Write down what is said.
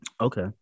okay